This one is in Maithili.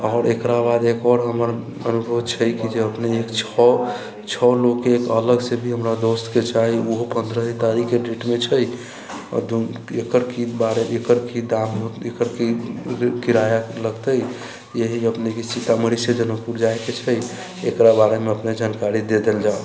आओर एकरा बाद एक आओर हमर अनुरोध छै कि जे अपने एक छओ छओ लोकके एक अलगसँ भी हमरा दोस्तके चाही ओहो पन्द्रहे तारीखके डेटमे छै आओर एकर कि बारे एकर कि दाम एकर कि किराया लगते यही अपनेके सीतामढ़ीसँ जनकपुर जाइके छै एकरा बारेमे अपनेके जानकारि दे देल जाऊ